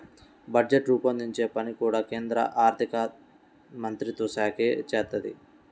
budget రూపొందించే పని కూడా కేంద్ర ఆర్ధికమంత్రిత్వశాఖే చేత్తది